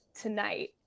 tonight